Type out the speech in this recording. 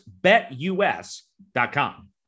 BetUS.com